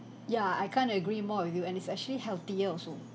ya I can't agree more with you and it's actually healthier also